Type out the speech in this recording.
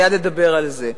אני מייד אדבר על זה.